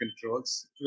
controls